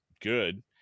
good